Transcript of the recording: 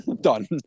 Done